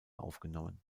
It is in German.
aufgenommen